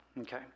Okay